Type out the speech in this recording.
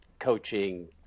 coaching